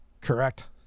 correct